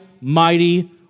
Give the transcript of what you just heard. mighty